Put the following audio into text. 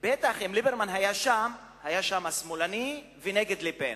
ליברמן היה שם הוא בטח היה שמאלני ונגד לה-פן,